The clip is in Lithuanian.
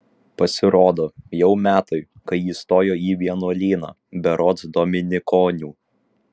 pasirodo jau metai kai įstojo į vienuolyną berods dominikonių